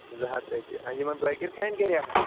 زٕ ہَتھ رۄپیہِ آ یِمن بٲکِر کھانہِ کیٛاہ ریٹھاہ